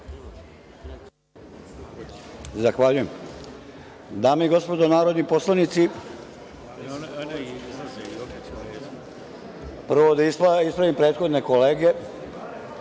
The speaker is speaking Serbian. Zahvaljujem. Dame i gospodo narodni poslanici, prvo da ispravim prethodne kolege,